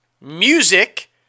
Music